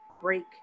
break